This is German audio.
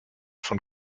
von